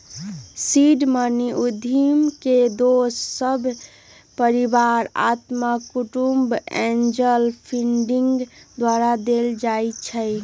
seed money उद्यमी के दोस सभ, परिवार, अत्मा कुटूम्ब, एंजल फंडिंग द्वारा देल जाइ छइ